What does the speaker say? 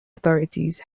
authorities